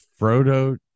Frodo